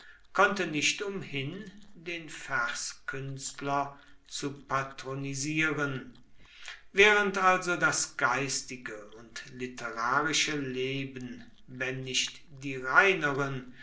konnte nicht umhin den verskünstler zu patronisieren während also das geistige und literarische leben wenn nicht die reineren